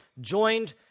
joined